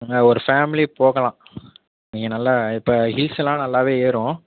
ஒரு ஃபேமிலி போகலாம் நீங்கள் நல்லா இப்போ ஹில்ஸ் எல்லாம் நல்லாவே ஏறும்